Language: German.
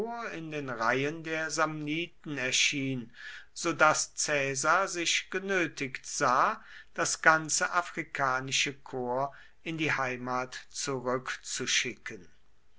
in den reihen der samniten erschien so daß caesar sich genötigt sah das ganze afrikanische korps in die heimat zurückzuschicken